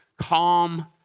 calm